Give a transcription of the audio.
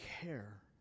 care